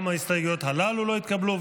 גם ההסתייגויות הללו לא התקבלו.